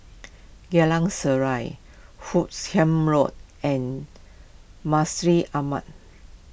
Geylang Serai Hoot Kiam Road and Masjid Ahmad